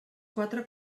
quatre